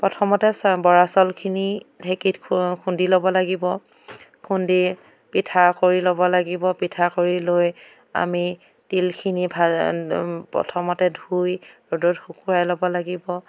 প্ৰথমতে চাউ বৰা চাউলখিনি ঢেঁকীত খুন্দি ল'ব লাগিব খুন্দি পিঠা কৰি ল'ব লাগিব পিঠা কৰি লৈ আমি তিলখিনি প্ৰথমতে ধুই ৰ'দত শুকুৱাই ল'ব লাগিব